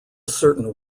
certain